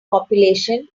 population